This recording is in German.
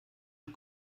mit